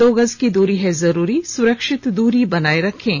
दो गज की दूरी है जरूरी सुरक्षित दूरी बनाए रखें